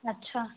अच्छा